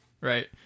Right